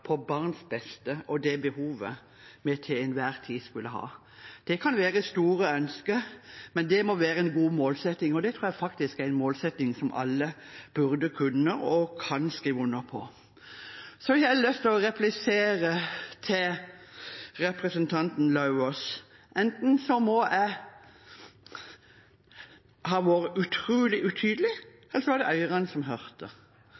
på barns beste og det behovet vi til enhver tid måtte ha. Det kan være et stort ønske, men det må være en god målsetting, og det tror jeg faktisk er en målsetting som alle burde kunne – og kan – skrive under på. Jeg har lyst å replisere til representanten Lauvås: Enten må jeg ha vært utrolig utydelig, eller så var det ørene som hørte. Det